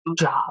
job